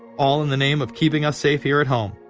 all in the name of keeping us safe here at home.